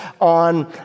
on